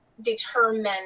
Determine